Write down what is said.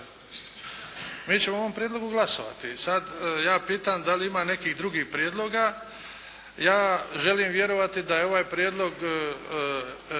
Mi ćemo o ovom prijedlogu glasovati i sad ja pitam da li ima nekih drugih prijedloga. Ja želim vjerovati da je ovaj prijedlog